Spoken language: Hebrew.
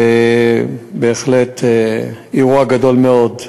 בהחלט אירוע גדול מאוד.